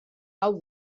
hau